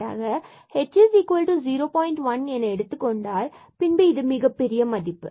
1 என எடுத்துக்கொண்டால் பின்பு இது மிகப்பெரிய மதிப்பு